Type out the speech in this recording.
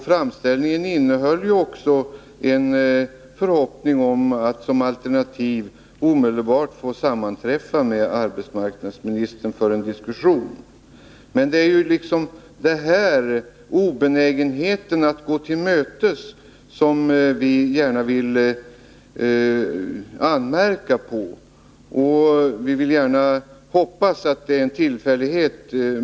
Framställningen innehöll ju också en förhoppning om att man som alternativ omedelbart skulle få sammanträffa med arbetsmarknadsministern för en diskussion. Det är obenägenheten att gå kommunen till mötes som vi vill anmärka på.